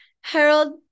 harold